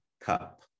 cup